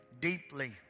deeply